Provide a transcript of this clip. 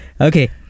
Okay